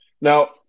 Now